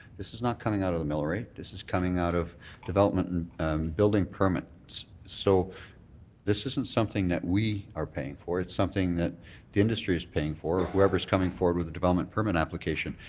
this is not coming out of the mill rate. this is coming out of development and building permits, so this isn't something that we are paying for. it's something that the industry is paying for. whoever's coming forward with the development permit application.